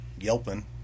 yelping